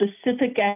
specific